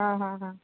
हां हां हां